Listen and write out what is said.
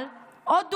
אבל עוד דוגמה,